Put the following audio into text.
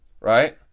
Right